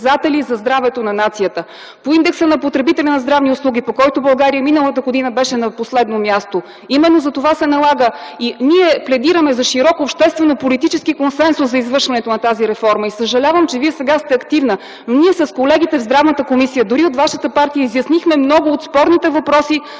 за здравето на нацията, по индекса на потребителя на здравни услуги, по който България миналата година беше на последно място. Именно затова се налага и ние пледираме за широк обществено-политически консенсус за извършването на тази реформа. Съжалявам, че Вие сега сте активна, но ние с колегите в Комисията по здравеопазването, дори от вашата партия, изяснихме много от спорните въпроси